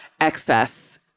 excess